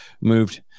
moved